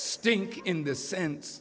stink in the sense